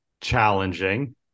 challenging